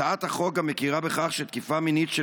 הצעת החוק גם מכירה בכך שתקיפה מינית של